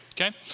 okay